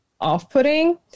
off-putting